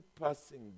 passing